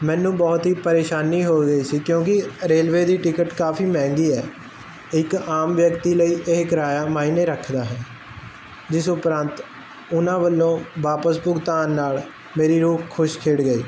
ਮੈਨੂੰ ਬਹੁਤ ਹੀ ਪਰੇਸ਼ਾਨੀ ਹੋ ਗਈ ਸੀ ਕਿਉਂਕਿ ਰੇਲਵੇ ਦੀ ਟਿਕਟ ਕਾਫੀ ਮਹਿੰਗੀ ਹੈ ਇੱਕ ਆਮ ਵਿਅਕਤੀ ਲਈ ਇਹ ਕਰਾਇਆ ਮਾਇਨੇ ਰੱਖਦਾ ਹੈ ਜਿਸ ਉਪਰੰਤ ਉਹਨਾਂ ਵੱਲੋਂ ਵਾਪਸ ਭੁਗਤਾਨ ਨਾਲ ਮੇਰੀ ਰੂਹ ਖੁਸ਼ ਖਿੜ ਗਈ